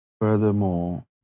furthermore